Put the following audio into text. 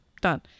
done